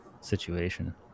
situation